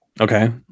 Okay